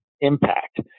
impact